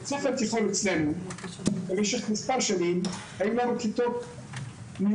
בבית ספר תיכון אצלנו במשך מספר שנים היו לנו כיתות מיוחדות